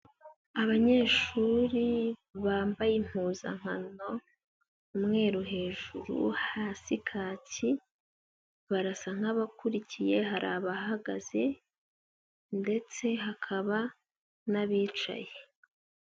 Abanyeshuri bambaye impuzankano, umweru hejuru hasi kaki, barasa nk'abakurikiye hari abahagaze ndetse hakaba n'abicaye.